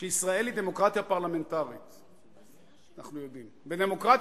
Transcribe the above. שישראל היא דמוקרטיה פרלמנטרית, אנחנו יודעים.